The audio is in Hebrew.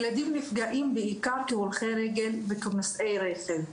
ילדים נפגעים בעיקר כהולכי רגל וכנוסעי רכב.